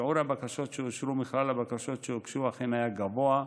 שיעור הבקשות שאושרו מכלל הבקשות שהוגשו אכן היה גבוה,